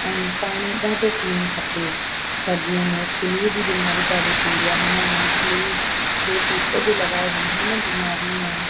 ऐं पाणी ॾाढो पीअणु खपे सर्दीअ में फ्लू जी बीमारी ॾाढी थींदी आहे हिन में फ्लू जो टीको बि लॻायो वेंदा आहिनि हिन बीमारी में